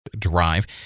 drive